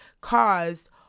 caused